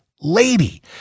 lady